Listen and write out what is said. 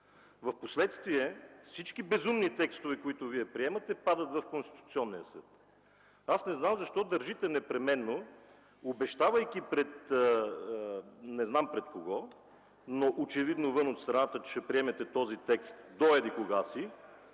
Впоследствие всички безумни текстове, които Вие приемате, падат в Конституционния съд. Аз не знам защо държите непременно, обещавайки не знам пред кого, но очевидно вън от страната, че ще приемете този текст до еди-кога си,